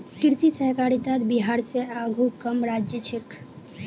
कृषि सहकारितात बिहार स आघु कम राज्य छेक